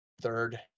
third